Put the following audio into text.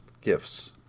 gifts